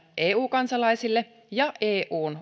eu kansalaisille ja eun